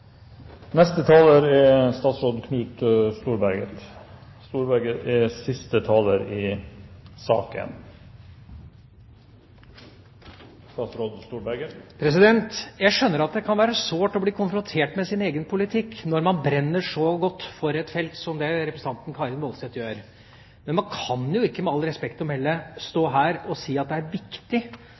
Jeg skjønner at det kan være sårt å bli konfrontert med sin egen politikk når man brenner så veldig for et felt som det representanten Karin S. Woldseth gjør. Men man kan jo ikke med respekt å melde stå her og si at det er viktig